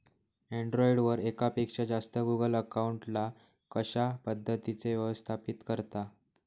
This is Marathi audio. अँड्रॉइड वर एकापेक्षा जास्त गुगल अकाउंट ला कशा पद्धतीने व्यवस्थापित करता?